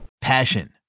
Passion